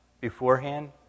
beforehand